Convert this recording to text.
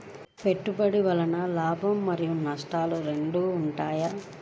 పెట్టుబడి వల్ల లాభాలు మరియు నష్టాలు రెండు ఉంటాయా?